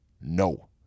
No